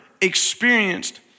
experienced